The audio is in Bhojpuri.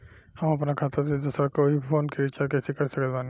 हम अपना खाता से दोसरा कोई के फोन रीचार्ज कइसे कर सकत बानी?